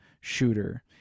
shooter